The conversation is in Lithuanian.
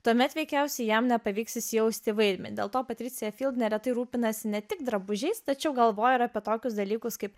tuomet veikiausiai jam nepavyks įsijausti į vaidmenį dėl to patricija neretai rūpinasi ne tik drabužiais tačiau galvoja apie tokius dalykus kaip